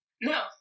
No